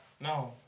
No